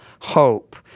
hope